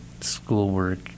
schoolwork